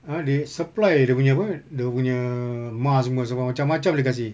ah they supply dia punya apa dia punya mask semua semua macam macam dia kasi